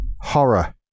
horror